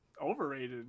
overrated